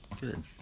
Good